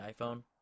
iPhone